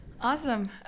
Awesome